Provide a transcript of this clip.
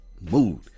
mood